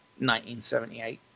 1978